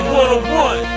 one-on-one